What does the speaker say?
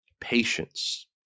Patience